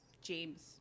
James